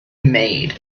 maid